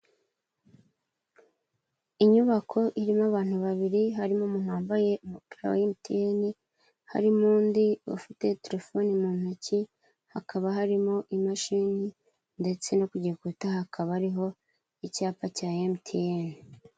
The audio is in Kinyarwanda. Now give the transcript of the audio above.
Inyubako irimo abantu babiri, harimo umuntu wambaye umupira wa MTN, hari n'undi ufite terefoni mu ntoki, hakaba harimo imashini ndetse no ku gikuta hakaba hariho icyapa cya MTN.